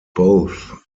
both